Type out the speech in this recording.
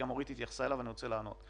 גם אורית התייחסה אליו ואני רוצה לענות.